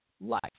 life